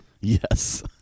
Yes